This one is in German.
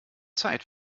zeit